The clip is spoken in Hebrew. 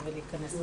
מה ששמעתי